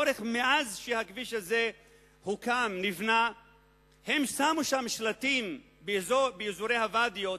מאז שהכביש הזה נבנה שמו שלטים באזורי הוואדיות,